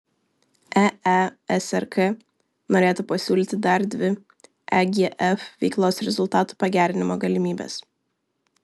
eesrk norėtų pasiūlyti dar dvi egf veiklos rezultatų pagerinimo galimybes